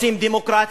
רוצים דמוקרטיה,